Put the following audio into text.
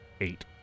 Eight